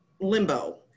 limbo